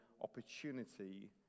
opportunity